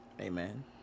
Amen